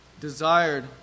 desired